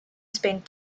spent